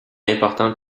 importante